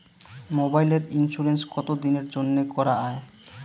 মোবাইলের ইন্সুরেন্স কতো দিনের জন্যে করা য়ায়?